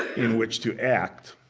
in which to act,